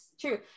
true